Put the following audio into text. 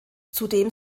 zudem